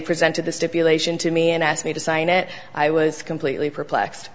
presented the stipulation to me and asked me to sign it i was completely perplexed